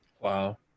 Wow